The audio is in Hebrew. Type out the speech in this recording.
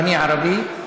ואני ערבי,